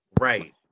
Right